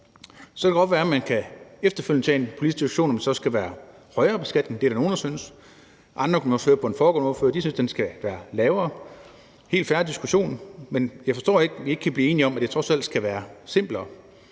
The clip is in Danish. Så kan det godt være, at man efterfølgende kan tage en politisk diskussion om, om der så skal være højere beskatning. Det er der nogle der synes. Andre, kunne man også høre på den foregående ordfører, synes, den skal være lavere. Det er en helt fair diskussion, men jeg forstår ikke, at vi ikke kan blive enige om, at det trods alt skal være simplere.